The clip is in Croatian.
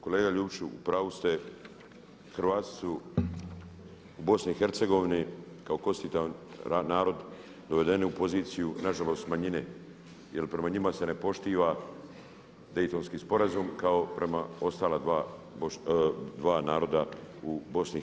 Kolega Ljubić u pravu ste, Hrvati su u BiH kao konstitutivan narod dovedeni u poziciju na žalost manjine, jer prema njima se ne poštiva Daytonski sporazum kao prema ostala dva naroda u BiH.